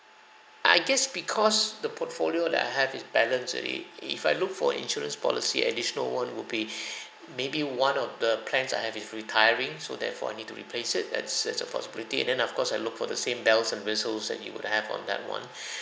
I guess because the portfolio that I have is balanced already if I look for insurance policy additional one would be maybe one of the plans I have is retiring so therefore I need to replace it that that's a possibility and then of course I look for the same bells and whistles that you would have on that one